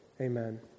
Amen